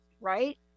right